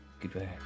Goodbye